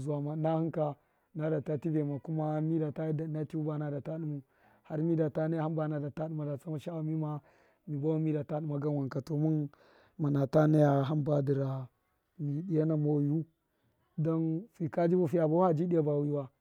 zuwama ṫna hṫn ka nadata tṫvema kuma mi da ta yarda ṫna tṫvṫ ban a da ta dṫmau har mi data naya hamba na da ta dṫmau da tsama sha’awe mima mi buwama mi da ta. dṫma gan wanka to mun muna ta naya hamba dṫ rami dṫya na moyu don fiya bahu faji diya ba wiwa.